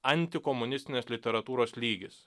antikomunistinės literatūros lygis